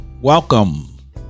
Welcome